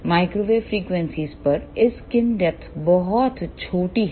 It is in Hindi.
माइक्रोवेव फ्रीक्वेंसीयों पर इस स्क्रीन डेपथ बहुत छोटी है